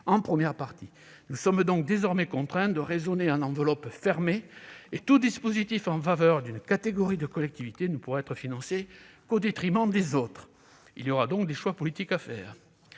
en première partie. Nous sommes donc désormais contraints de raisonner à enveloppe fermée : tout dispositif en faveur d'une catégorie de collectivités ne pourra être financé qu'au détriment des autres. Des choix politiques devront